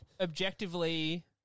objectively